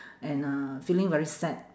and uh feeling very sad